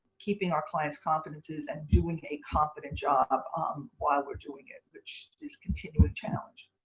keeping our clients' confidences and doing a competent job um while we're doing it, which is continually the challenge.